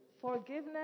Forgiveness